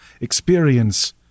Experience